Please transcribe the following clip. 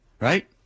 right